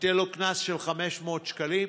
ייתן קנס של 500 שקלים?